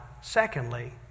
secondly